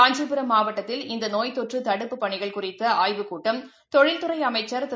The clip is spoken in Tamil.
காஞ்சிபுரம் மாவட்டத்தில் இந்தநோய்த்தொற்றுதடுப்புப் பணிகள் குறித்தஆய்வுக் கட்டம் தொழில்துறைஅமைச்சா் திரு